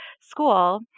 school